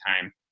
time